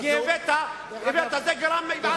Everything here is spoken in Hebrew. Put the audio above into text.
כי זה גרם למעשה של שנאה.